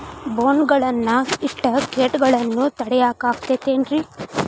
ಬೋನ್ ಗಳನ್ನ ಇಟ್ಟ ಕೇಟಗಳನ್ನು ತಡಿಯಾಕ್ ಆಕ್ಕೇತೇನ್ರಿ?